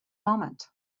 moment